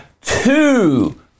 Two